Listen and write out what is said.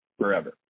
forever